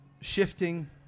shifting